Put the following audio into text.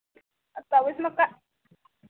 तब इसमें